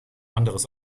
anderes